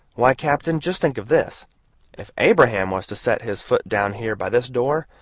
why, captain, just think of this if abraham was to set his foot down here by this door,